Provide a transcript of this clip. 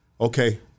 Okay